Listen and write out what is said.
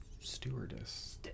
Stewardess